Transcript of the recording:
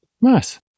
nice